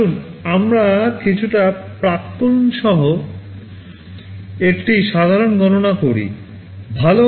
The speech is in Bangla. আসুন আমরা কিছুটা আসন্ন সহ একটি সাধারণ গণনা করি